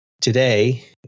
today